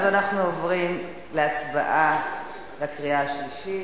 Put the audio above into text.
אז אנחנו עוברים להצבעה בקריאה השלישית.